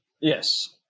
yes